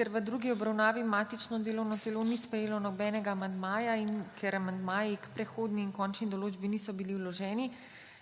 Ker v drugi obravnavi matično delovno telo ni sprejelo nobenega amandmaja in ker amandmaji k prehodni in končni določbi niso bili vloženi,